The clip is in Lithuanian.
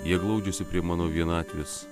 jie glaudžiasi prie mano vienatvės